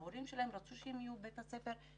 גם ההורים שלהם רצו שהם יהיו בבית הספר,